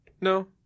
No